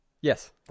Yes